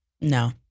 No